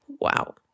Wow